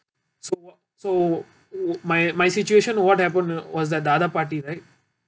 so what so so my my situation what happened was that the other party right